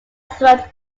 throughout